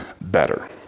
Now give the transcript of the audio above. better